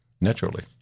naturally